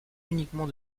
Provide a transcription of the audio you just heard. uniquement